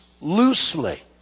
loosely